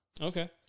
Okay